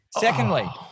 Secondly